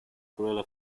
gorilla